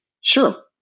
sure